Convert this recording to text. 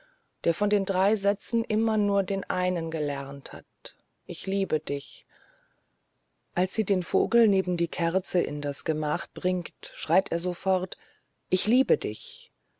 der von den drei sätzen immer nur den einen gelernt hat ich liebe dich als sie den vogel neben die kerze in das gemach bringt schreit er sofort ich liebe dich